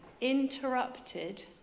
interrupted